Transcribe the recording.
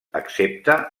excepte